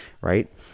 Right